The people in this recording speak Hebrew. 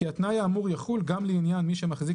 כי התנאי האמור יחול גם לעניין מי שמחזיק